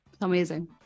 Amazing